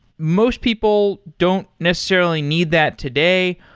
most people don't necessarily need that today.